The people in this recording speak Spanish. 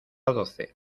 doce